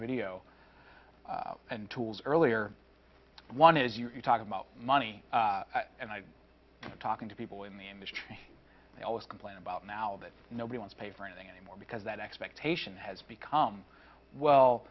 video and tools earlier one is you're talking about money and i'm talking to people in the industry they always complain about now that nobody wants pay for anything anymore because that expectation has become well